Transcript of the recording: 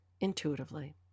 intuitively